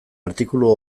artikulu